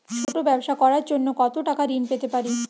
ছোট ব্যাবসা করার জন্য কতো টাকা ঋন পেতে পারি?